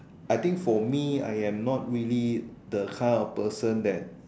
I think for me I am not really the kind of person that